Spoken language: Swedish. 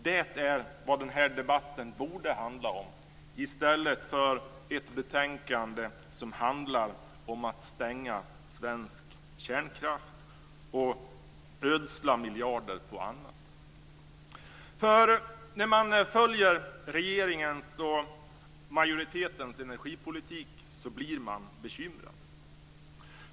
Det är vad den här debatten borde handla om i stället för att handla om ett betänkande om att stänga svensk kärnkraft och ödsla miljarder på annat. När man följer regeringens och majoritetens energipolitik blir man bekymrad.